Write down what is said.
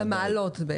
על המעלות.